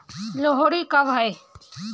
लोहड़ी कब है?